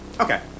Okay